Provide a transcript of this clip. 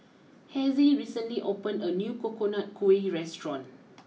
Hezzie recently opened a new Coconut Kuih restaurant